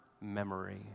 memory